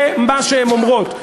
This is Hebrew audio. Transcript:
זה מה שהן אומרות.